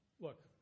look